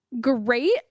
great